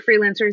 freelancers